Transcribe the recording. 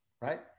right